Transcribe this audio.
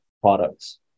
products